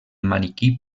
maniquí